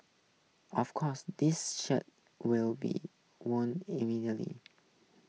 of course this shirt will be worn immediately